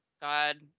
God